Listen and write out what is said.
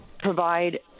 provide